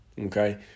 okay